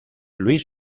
luis